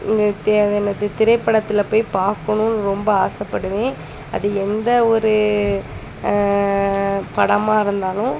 தே என்னது திரைப்படத்தில் போய் பார்க்கணுன்னு ரொம்ப ஆசைப்படுவேன் அது எந்த ஒரு படமாக இருந்தாலும்